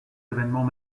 évènements